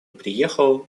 приехал